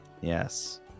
yes